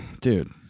Dude